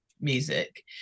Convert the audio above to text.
music